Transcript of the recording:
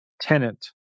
tenant